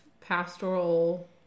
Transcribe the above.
pastoral